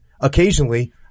occasionally –